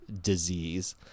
disease